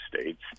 States